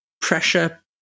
pressure